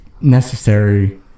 necessary